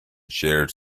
shares